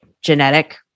genetic